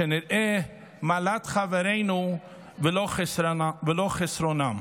נראה מעלת חברינו ולא חסרונם,